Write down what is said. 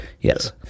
Yes